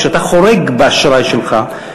כשאתה חורג באשראי שלך,